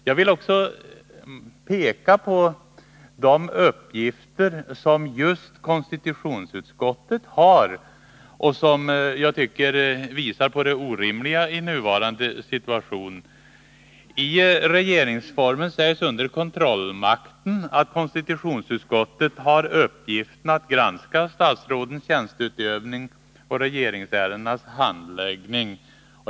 Jag vill också peka på de uppgifter som just konstitutionsutskottet har och som jag tycker visar på det orimliga i nuvarande situation. I regeringsformen sägs under rubriken Kontrollmakten att konstitutionsutskottet har uppgiften att granska statsrådens tjänsteutövning och regeringsärendenas handläggning.